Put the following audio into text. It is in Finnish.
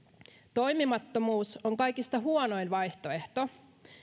toimimattomuus on kaikista huonoin vaihtoehto